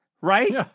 right